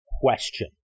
question